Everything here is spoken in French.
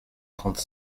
trente